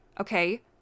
okay